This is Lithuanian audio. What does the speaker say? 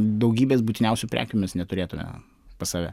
daugybės būtiniausių prekių mes neturėtume pas save